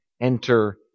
enter